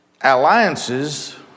Alliances